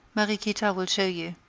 mariequita will show you.